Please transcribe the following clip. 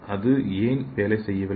அது ஏன் வேலை செய்யவில்லை